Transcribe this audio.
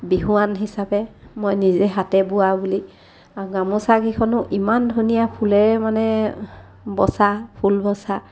বিহুৱান হিচাপে মই নিজে হাতে বোৱা বুলি আৰু গামোচাকেইখনো ইমান ধুনীয়া ফুলেৰে মানে বচা ফুল বচা